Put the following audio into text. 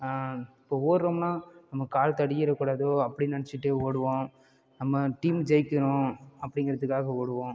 இப்போ ஓடுறோம்னா நம்ம கால் தடுக்கிடக்கூடாது அப்படின் நினச்சிட்டு ஓடுவோம் நம்ம டீம் ஜெயிக்கணும் அப்படிங்கறதுக்காக ஓடுவோம்